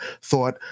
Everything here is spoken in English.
thought